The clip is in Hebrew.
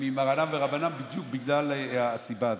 ממרנן ורבנן, בדיוק בגלל הסיבה הזאת.